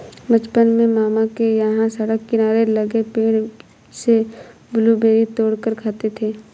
बचपन में मामा के यहां सड़क किनारे लगे पेड़ से ब्लूबेरी तोड़ कर खाते थे